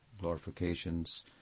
glorifications